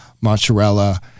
mozzarella